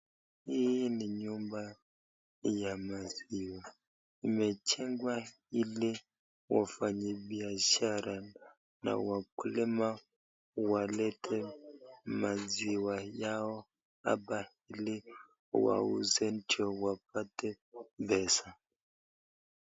Hii ni nyumba ya maziwa, imejengwa ili wafanyi biashara na wakulima walete maziwa yao hapa, ndio wauze ili wapate pesa.